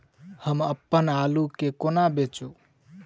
हम अप्पन आलु केँ कोना बेचू?